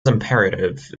imperative